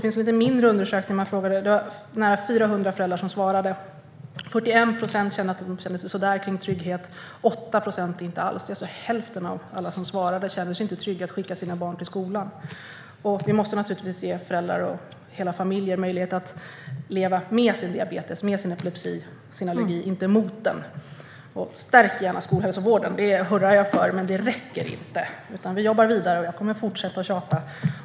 I en mindre undersökning, där nära 400 föräldrar svarade, var det 41 procent som kände lite så där kring trygghet. 8 procent kände ingen trygghet alls. Hälften av alla som svarade kände sig alltså inte trygga med att skicka sina barn till skolan. Vi måste ge föräldrar och hela familjer möjlighet att leva med barnets diabetes, epilepsi eller allergi och inte mot den. Stärk gärna skolhälsovården! Det hurrar jag för. Men det räcker inte. Vi jobbar vidare. Och jag kommer att fortsätta tjata.